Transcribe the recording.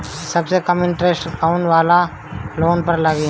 सबसे कम इन्टरेस्ट कोउन वाला लोन पर लागी?